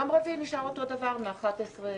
ביום רביעי הישיבה נשארת במועדה, מ-11:00.